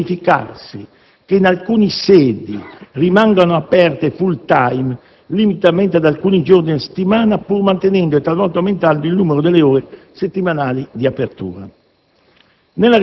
per cui può verificarsi che alcune sedi rimangano aperte *full time* limitatamente ad alcuni giorni delle settimana, pur mantenendo e, talvolta, aumentando il numero delle ore settimanali di apertura.